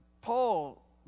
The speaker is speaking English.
Paul